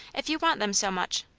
if you want them so much.